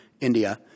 India